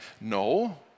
no